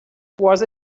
was